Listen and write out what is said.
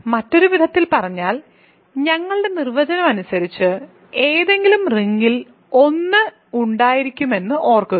മറ്റൊരു വിധത്തിൽ പറഞ്ഞാൽ ഞങ്ങളുടെ നിർവചനം അനുസരിച്ച് ഏതെങ്കിലും റിങ്ങിൽ '1' ഉണ്ടായിരിക്കുമെന്ന് ഓർക്കുക